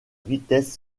vitesse